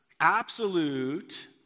absolute